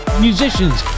musicians